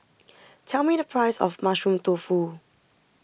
tell me the price of Mushroom Tofu